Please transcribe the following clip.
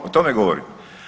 O tome govorim.